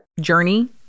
journey